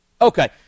Okay